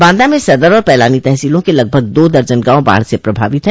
बांदा में सदर और पैलानी तहसीलों के लगभग दो दर्जन गांव बाढ़ से प्रभावित हैं